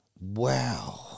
Wow